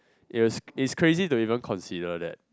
it was it's crazy to even consider that